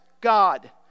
God